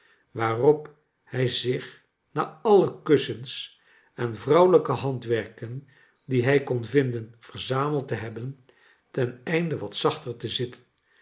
waarop hij zich na alle kussens en vrouwelijke handwerken die hij kon vinden verzameld te hebben ten einde wat zachter te zitten